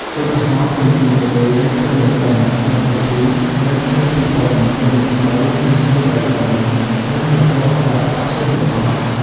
ឧទាហរណ៍ ជុំទី១ រើសឈើ ១ដុំ ជុំទី ២ រើសឈើ ២ ដុំ ជុំទី៣ រើសឈើ ៣ ដុំ រើសរហូតដល់អស់ឈើទាំងអស់។